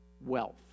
wealth